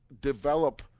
develop